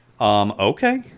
Okay